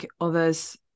others